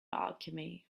alchemy